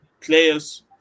players